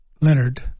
Leonard